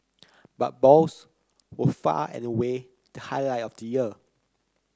but balls were far and away the highlight of the year